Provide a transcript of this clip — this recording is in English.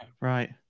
Right